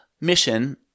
mission